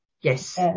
yes